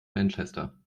manchester